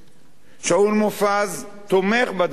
שאול מופז תומך בדברים האלה.